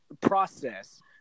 process